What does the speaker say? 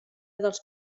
dels